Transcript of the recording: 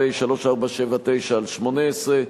פ/3479/18.